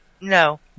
No